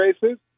races